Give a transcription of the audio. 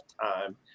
time